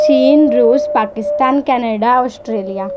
ਚੀਨ ਰੂਸ Pakistan Canada Australia